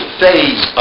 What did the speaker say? phase